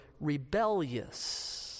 rebellious